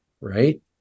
right